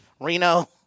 Reno